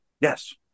Yes